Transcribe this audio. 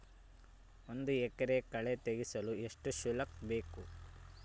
ಒಂದು ಎಕರೆ ಕಳೆ ತೆಗೆಸಲು ಎಷ್ಟು ಶುಲ್ಕ ಬೇಕು?